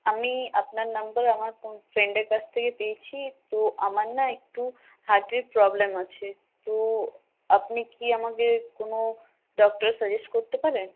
আমি আপনার নাম্বার আমার কোন ফ্রেন্ডের কাছ থেকে পেয়েছি তো আমার না একটু হার্টের প্রবলেম আছে তো আপনি কি আমাকে কোনও ডক্টর সাজেস্ট করতে পারেন